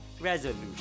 resolution